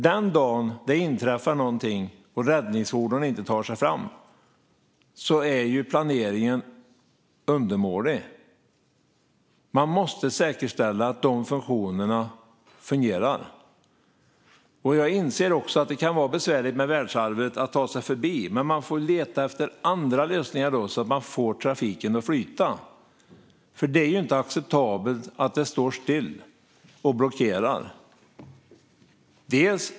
Den dag det inträffar någonting och räddningsfordon inte tar sig fram är ju planeringen undermålig. Man måste säkerställa att dessa funktioner fungerar. Jag inser att detta med världsarvet kan vara besvärligt att ta sig förbi, men man får leta efter andra lösningar för att få trafiken att flyta. Det är inte acceptabelt att den står still och blockerar.